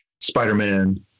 Spider-Man